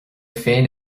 féin